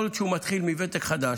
יכול להיות שהוא מתחיל מוותק חדש,